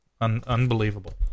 Unbelievable